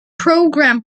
programme